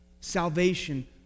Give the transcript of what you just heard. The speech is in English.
salvation